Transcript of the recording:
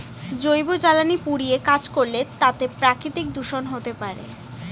জৈব জ্বালানি পুড়িয়ে কাজ করলে তাতে প্রাকৃতিক দূষন হতে পারে